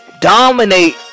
dominate